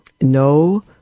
no